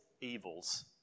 evils